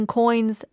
coins